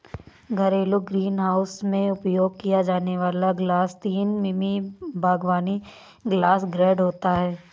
घरेलू ग्रीनहाउस में उपयोग किया जाने वाला ग्लास तीन मिमी बागवानी ग्लास ग्रेड होता है